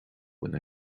ina